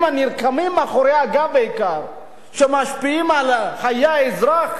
הנרקמים מאחורי הגב שבעיקר משפיעים על חיי האזרח,